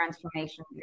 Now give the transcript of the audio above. transformation